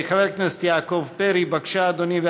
חבר הכנסת יעקב פרי, בבקשה, אדוני.